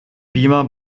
beamer